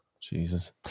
Jesus